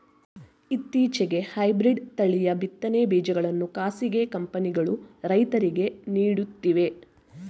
ಇತ್ತೀಚೆಗೆ ಹೈಬ್ರಿಡ್ ತಳಿಯ ಬಿತ್ತನೆ ಬೀಜಗಳನ್ನು ಖಾಸಗಿ ಕಂಪನಿಗಳು ರೈತರಿಗೆ ನೀಡುತ್ತಿವೆ